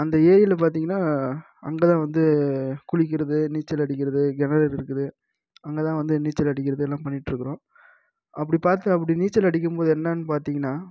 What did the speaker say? அந்த ஏரியில் பார்த்திங்கனா அங்கேதான் வந்து குளிக்கிறது நீச்சலடிக்கிறது அங்கே தான் வந்து நீச்சலடிக்கிறது எல்லாம் பண்ணிட்டிருக்குறோம் அப்படி பார்த்து அப்படி நீச்சலடிக்கும்போது என்னனு பார்த்திங்கனா